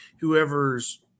whoever's –